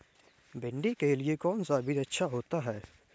भिंडी के लिए कौन सा बीज अच्छा होता है?